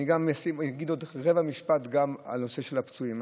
אני אגיד עוד רבע משפט גם על נושא הפצועים: